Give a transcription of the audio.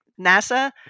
NASA